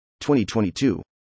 2022